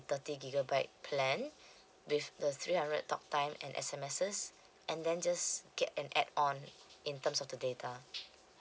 thirty gigabyte plan with the three hundred talk time and S_M_Ss and then just get an add on in terms of the data